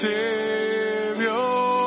Savior